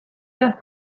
just